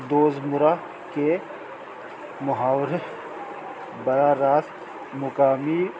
دوزمرہ کے محاورے بر رااز مقامی